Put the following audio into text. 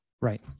Right